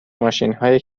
ماشینهای